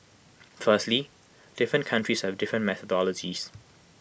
firstly different countries have different methodologies